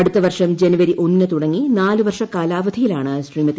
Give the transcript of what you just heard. അടുത്ത വർഷം ജനുവരി ഒന്നിന് തുടങ്ങി നാല് വർഷ കാലാവധിയിലാണ് ശ്രീമതി